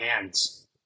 hands